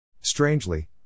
Strangely